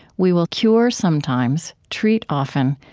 we will cure sometimes, treat often,